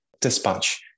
dispatch